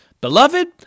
Beloved